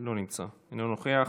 לא נמצא, איננו נוכח.